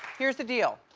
here's the deal.